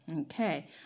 Okay